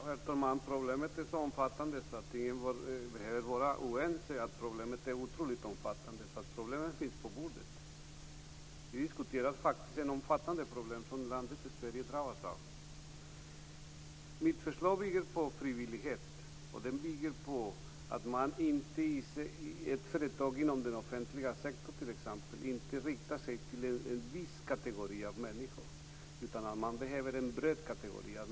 Herr talman! Problemet är omfattande. Vi behöver inte vara oense om att det är otroligt omfattande. Det finns på bordet. Vi diskuterar faktiskt ett omfattande problem som landet Sverige är drabbat av. Mitt förslag bygger på frivillighet, och på att man i ett företag inom den offentliga sektorn t.ex. inte riktar sig till en viss kategori av människor, utan behöver en bred kategori.